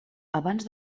abans